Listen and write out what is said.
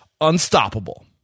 unstoppable